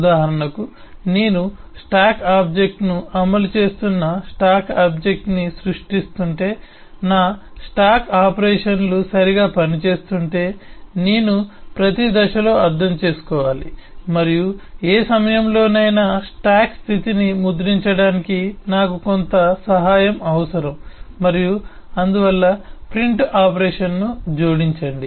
ఉదాహరణకు నేను స్టాక్ ఆబ్జెక్ట్ను అమలు చేస్తున్న స్టాక్ ఆబ్జెక్ట్ని సృష్టిస్తుంటే నా స్టాక్ ఆపరేషన్లు సరిగ్గా పనిచేస్తుంటే నేను ప్రతి దశలో అర్థం చేసుకోవాలి మరియు ఏ సమయంలోనైనా స్టాక్ స్థితిని ముద్రించడానికి నాకు కొంత సహాయం అవసరం మరియు అందువల్ల ప్రింట్ ఆపరేషన్ను జోడించండి